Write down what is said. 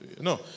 No